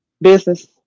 business